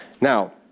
Now